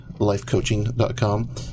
lifecoaching.com